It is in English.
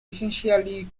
essentially